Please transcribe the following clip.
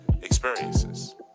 experiences